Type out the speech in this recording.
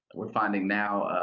we're finding now,